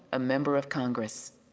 a member of congress.